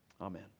Amen